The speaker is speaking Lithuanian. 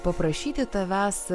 paprašyti tavęs